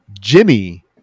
Jimmy